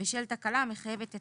בשל תקלה המחייבת את